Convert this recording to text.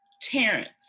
Terrence